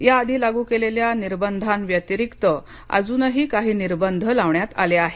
याआधी लागू केलेल्या निर्बंधांव्यतिरिक्त अजूनही काही निर्बंध लावण्यात आले आहेत